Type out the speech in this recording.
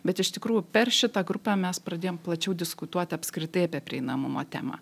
bet iš tikrųjų per šitą grupę mes pradėjom plačiau diskutuot apskritai apie prieinamumo temą